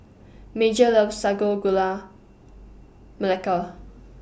Major loves Sago Gula Melaka